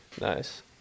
Nice